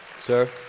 Sir